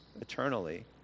eternally